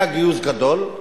היה גיוס גדול.